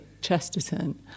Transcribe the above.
Chesterton